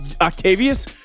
Octavius